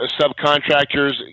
subcontractors